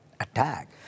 attack